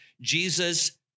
Jesus